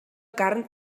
carn